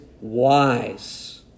wise